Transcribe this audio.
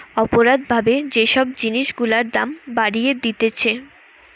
অপরাধ ভাবে যে সব জিনিস গুলার দাম বাড়িয়ে দিতেছে